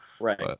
right